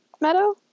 Meadow